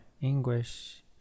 English